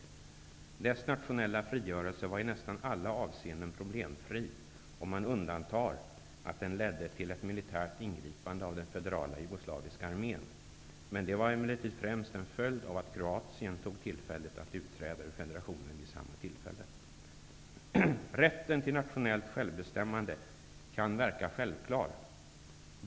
Landets nationella frigörelse var i nästan alla avseenden problemfri -- om man undantar att den ledde till ett militärt ingripande av den federala jugoslaviska armén. Det var emellertid främst en följd av att Kroatien tog tillfället i akt att utträda ur federationen vid samma tillfälle. Rätten till nationellt självbestämmande kan verka självklar.